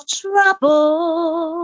trouble